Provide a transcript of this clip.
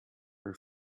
her